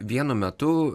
vienu metu